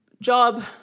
job